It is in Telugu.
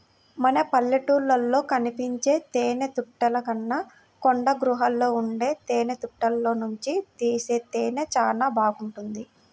మన పల్లెటూళ్ళలో కనిపించే తేనెతుట్టెల కన్నా కొండగుహల్లో ఉండే తేనెతుట్టెల్లోనుంచి తీసే తేనె చానా బాగుంటది